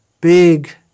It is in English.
big